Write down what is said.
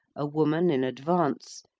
a woman in advance,